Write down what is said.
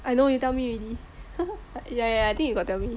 I know you tell me already yeah yeah I think you got tell me